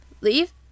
leave